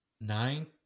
nine